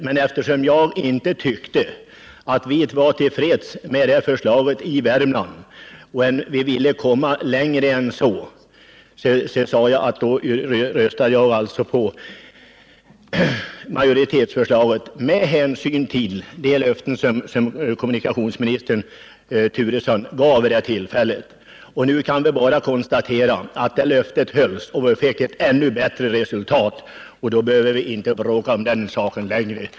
Men eftersom jag inte tyckte att vi var till freds med det förslaget i Värmland utan ville komma längre än så, röstade jag på majoritetsförslaget, detta med hänsyn till de löften som kommunikationsministern Turesson gav vid det tillfället. Nu kan vi bara konstatera att löftet hölls, varför vi fick ett ännu bättre resultat. Då behöver vi inte bråka om den saken längre.